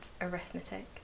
arithmetic